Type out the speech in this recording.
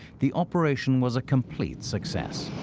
the operation was a complete success.